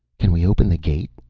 can we open the gate?